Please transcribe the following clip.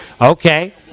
okay